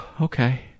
Okay